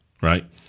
Right